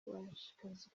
barashishikarizwa